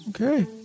Okay